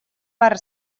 per